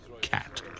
cat